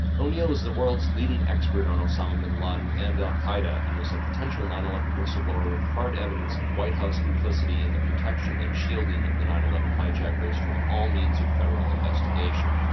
o'neil was the world's leading expert on osama bin laden and al qaeda and was a potential nine eleven whistle-blower with hard evidence of white house complicity in the protection and shielding of the nine eleven hijackers from all means of federal investigation.